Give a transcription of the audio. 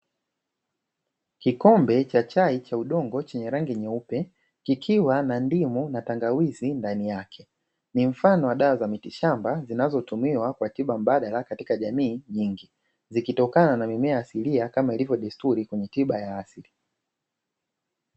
Kikombe cha chai, cha udongo chenye rangi nyeupe, kikiwa na ndimu na tangawizi ndani yake, ni mfano wa dawa za miti shamba zinazotumiwa kwa tiba mbadala katika jamii nyingi zikitokana na mimea asilia kama ilivyo desturi kwenye tiba ya asili.